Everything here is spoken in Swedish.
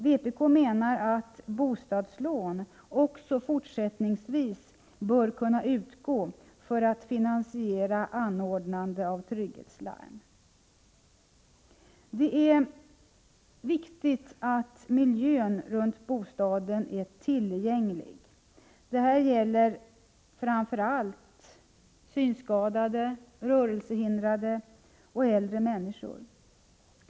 Vpk menar att bostadslån även fortsättningsvis bör kunna utgå för att finansiera anordnande av trygghetslarm. Det är viktigt att miljön runt bostaden är tillgänglig. Detta gäller framför allt synskadade, rörelsehindrade och äldre människor.